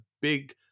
big